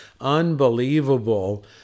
unbelievable